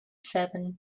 seven